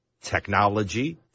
technology